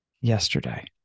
yesterday